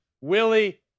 Willie